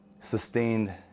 sustained